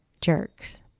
jerks